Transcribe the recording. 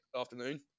afternoon